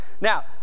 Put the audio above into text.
Now